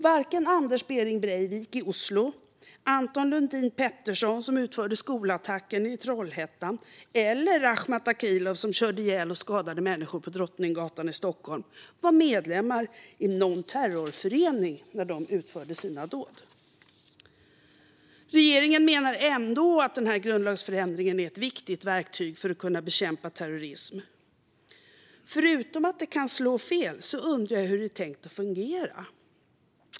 Varken Anders Behring Breivik i Oslo, Anton Lundin Pettersson, som utförde skolattacken i Trollhättan, eller Rakhmat Akilov, som körde ihjäl och skadade människor på Drottninggatan i Stockholm, var medlemmar i någon terrorförening när de utförde sina dåd. Regeringen menar ändå att den här grundlagsförändringen är ett viktigt verktyg för att kunna bekämpa terrorism. Förutom att det kan slå fel undrar jag hur det är tänkt att fungera.